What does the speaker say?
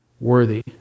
Worthy